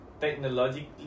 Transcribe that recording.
technologically